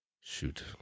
Shoot